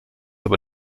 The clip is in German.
aber